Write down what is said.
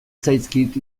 zaizkit